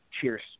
Cheers